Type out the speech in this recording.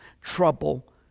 trouble